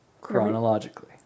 Chronologically